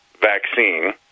vaccine